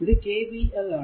ഇത് KVL ആണ്